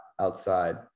outside